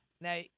Now